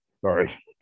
Sorry